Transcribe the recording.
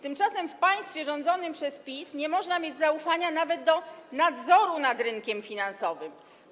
Tymczasem w państwie rządzonym przez PiS nie można mieć zaufania nawet do nadzoru nad rynkiem finansowym.